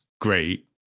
great